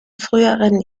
früheren